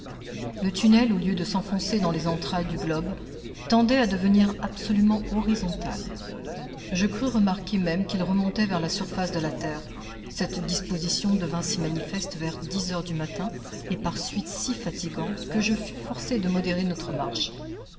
le tunnel au lieu de s'enfoncer dans les entrailles du globe tendait à devenir absolument horizontal je crus remarquer même qu'il remontait vers la surface de la terre cette disposition devint si manifeste vers dix heures du matin et par suite si fatigante que je fus forcé de modérer notre marche